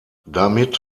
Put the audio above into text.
damit